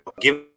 Give